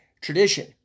tradition